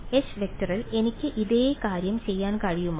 H→ യിൽ എനിക്ക് ഇതേ കാര്യം ചെയ്യാൻ കഴിയുമോ